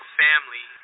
family